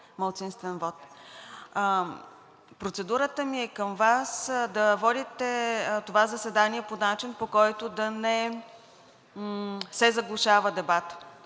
малцинствен вот. Процедурата ми е към Вас, да водите това заседание по начин, по който да не се заглушава дебатът,